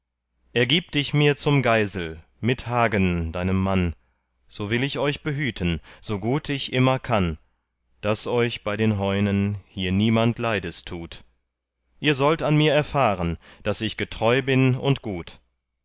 ergib dich mir zum geisel mit hagen deinem mann so will ich euch behüten so gut ich immer kann daß euch bei den heunen hier niemand leides tut ihr sollt an mir erfahren daß ich getreu bin und gut